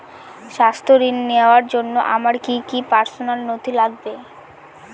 স্বাস্থ্য ঋণ নেওয়ার জন্য আমার কি কি পার্সোনাল নথি লাগবে?